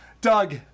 Doug